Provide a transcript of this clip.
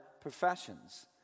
professions